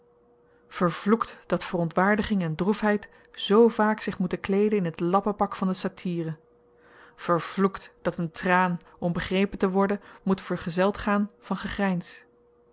dat verontwaardiging en droefheid zoo vaak zich moeten kleeden in t lappenpak van de satire vervloekt dat een traan om begrepen te worden moet verzeld gaan van gegryns